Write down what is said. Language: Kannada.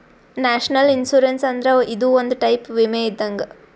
ನ್ಯಾಷನಲ್ ಇನ್ಶುರೆನ್ಸ್ ಅಂದ್ರ ಇದು ಒಂದ್ ಟೈಪ್ ವಿಮೆ ಇದ್ದಂಗ್